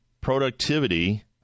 productivity